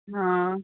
हां